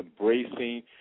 embracing